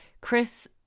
Chris